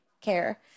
care